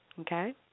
okay